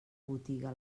botiga